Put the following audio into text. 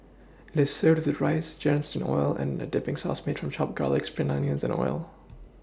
it is served with rice drenched in oil and a dipPing sauce made of chopped garlic spring onions and oil